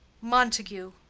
montague,